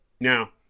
Now